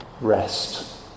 rest